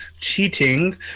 cheating